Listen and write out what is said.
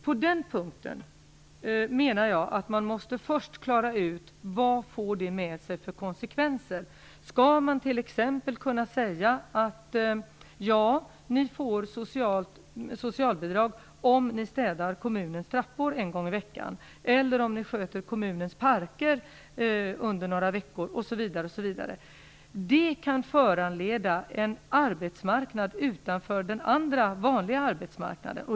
På den punkten menar jag att man först måste klara ut vilka konsekvenser det för med sig. Skall man t.ex. kunna säga att en person får socialbidrag om denne städar kommunens trappor en gång i veckan eller sköter kommunens parker under några veckor osv.? Detta kan föranleda en arbetsmarknad utanför den vanliga arbetsmarknaden.